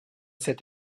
cette